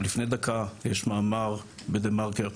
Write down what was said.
ולפני דקה יש מאמר בדה מרקר,